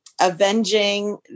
avenging